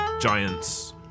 giants